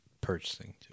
purchasing